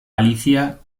galicia